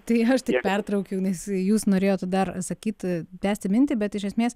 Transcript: tai aš tai pertraukiau nes jūs norėjot dar sakyt tęsti mintį bet iš esmės